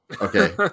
Okay